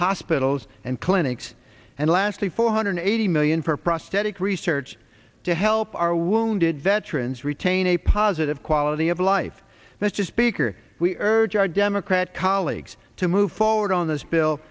hospitals and clinics and lastly four hundred eighty million for prosthetic research to help our wounded veterans retain a positive quality of life mr speaker we urge our democrat colleagues to move forward on this bill